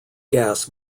gas